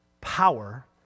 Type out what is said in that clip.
power